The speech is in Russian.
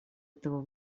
этого